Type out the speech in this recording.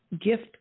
gift